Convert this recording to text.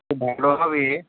এটা ভালো হবে